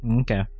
Okay